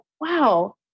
wow